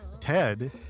Ted